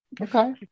okay